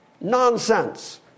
nonsense